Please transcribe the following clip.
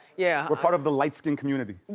yeah. we're part of the light-skin community.